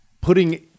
putting